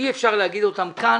אי אפשר להגיד אותם כאן.